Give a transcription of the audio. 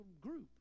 group